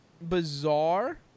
bizarre